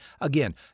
Again